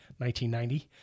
1990